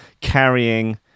carrying